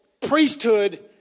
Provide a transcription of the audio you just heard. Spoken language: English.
priesthood